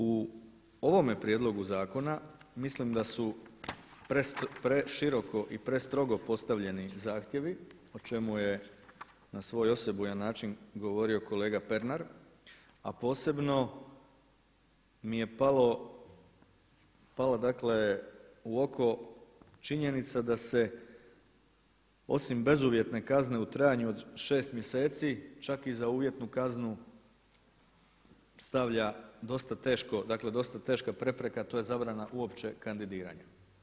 U ovome prijedlogu zakona mislim da su preširoko i prestrogo postavljeni zahtjevi o čemu je na svoj osebujan način govorio kolega Pernar, a posebno mi je pala dakle u oko činjenica da se osim bezuvjetne kazne u trajanju od šest mjeseci čak i za uvjetnu kaznu stavlja dosta teško, dakle dosta teška prepreka, a to je zabrana uopće kandidiranja.